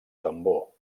tambor